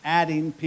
adding